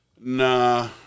Nah